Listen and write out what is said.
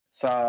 sa